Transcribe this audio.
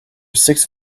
six